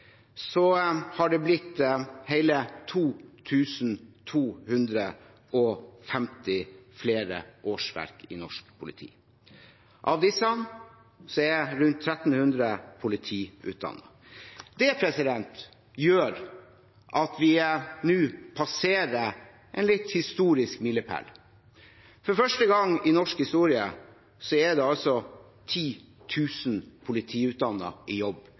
norsk politi. Av disse er rundt 1 300 politiutdannet. Det gjør at vi nå passerer en litt historisk milepæl. For første gang i norsk historie er det 10 000 politiutdannede i jobb